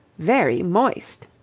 very moist.